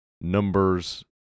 numbers